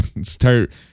start